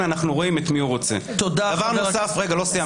אמרתי דבר נכון.